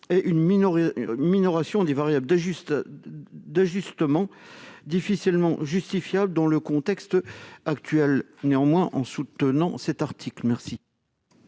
et une minoration des variables d'ajustement difficilement justifiable dans le contexte actuel. Néanmoins, nous soutiendrons cet article. Mes